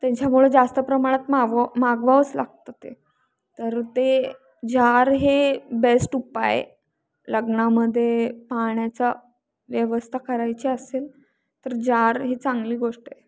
त्यांच्यामुळे जास्त प्रमाणात माव मागवावंच लागतं ते तर ते जार हे बेस्ट उपाय आहे लग्नामध्ये पाण्याचा व्यवस्था करायची असेल तर जार हे चांगली गोष्ट आहे